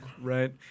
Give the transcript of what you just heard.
right